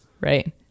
Right